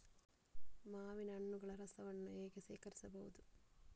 ಮಾವಿನ ಹಣ್ಣುಗಳ ರಸವನ್ನು ಹೇಗೆ ಶೇಖರಿಸಬಹುದು?